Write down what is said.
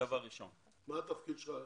מה התפקיד שלך?